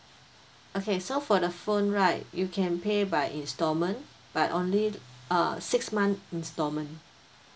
okay so for the phone right you can pay by instalment but only uh six month instalment